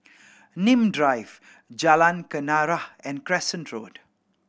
Nim Drive Jalan Kenarah and Crescent Road